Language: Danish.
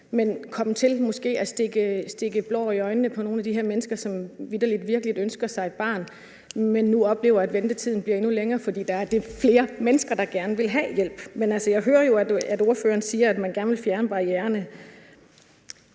kom til at stikke blår i øjnene på nogle af de her mennesker, som vitterlig og virkelig ønsker sig et barn, men nu oplever, at ventetiden bliver endnu længere, fordi der er dét flere mennesker, der gerne vil have hjælp? Men altså, jeg hører jo, at ordføreren siger, at man gerne vil fjerne barriererne.